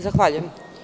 Zahvaljujem.